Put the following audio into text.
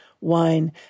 wine